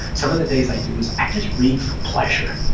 some of the days i do is i just read for pleasure.